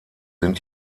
sind